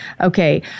Okay